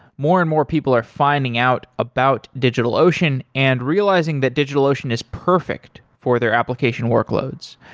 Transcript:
more and more people are finding out about digitalocean and realizing that digitalocean is perfect for their application workloads.